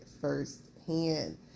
firsthand